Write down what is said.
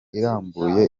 irambuye